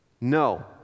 No